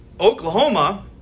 Oklahoma